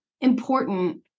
important